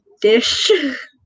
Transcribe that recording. dish